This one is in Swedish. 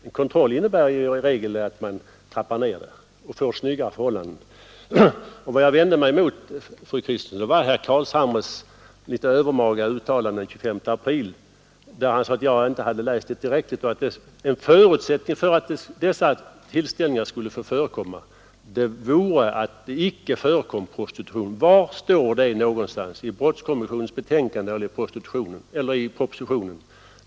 En kontroll innebär ju i regel att man trappar ner verksamheten och får snyggare förhållanden Vad jag vände mig emot, fru Kristensson, var herr Carlshamres litet övermaga uttalande den 25 april, då han sade att jag inte hade läst handlingarna tillräckligt. En förutsättning för att dessa tillställningar skulle få förekomma var att det inte förekom prostitution, sade han. Men var står det någonstans i brottskommissionens betänkande eller i propositionen?